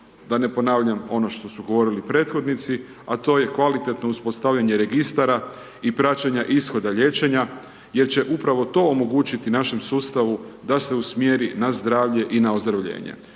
da ne ponavljam ono što su govorili prethodnici, a to je kvalitetno uspostavljanje registara i praćenja ishoda liječenja jer će upravo to omogućiti našem sustavu da se usmjeri na zdravlje i na ozdravljenje.